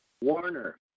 warner